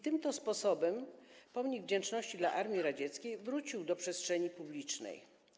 Tym sposobem pomnik wdzięczności Armii Radzieckiej wrócił do przestrzeni publicznej.